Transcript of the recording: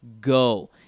go